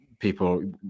People